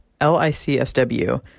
LICSW